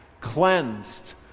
cleansed